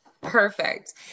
Perfect